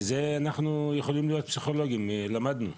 אנחנו יכולים להיות פסיכולוגים, למדנו,